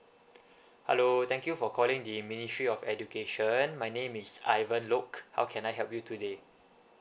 hello thank you for calling the ministry of education my name is ivan lok how can I help you today